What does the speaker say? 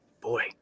Boy